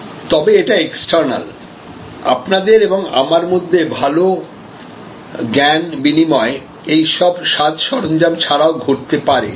তবে এটাএক্সটার্নাল আপনাদের এবং আমার মধ্যে ভাল জ্ঞান বিনিময় এই সব সাজসরঞ্জাম ছাড়াও ঘটতে পারে